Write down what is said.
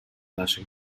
наших